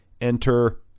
enter